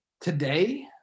today